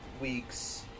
weeks